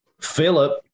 Philip